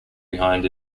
behind